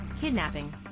kidnapping